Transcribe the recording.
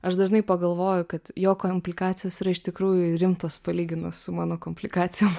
aš dažnai pagalvoju kad jo komplikacijos yra iš tikrųjų rimtos palyginus su mano komplikacijom